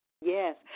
Yes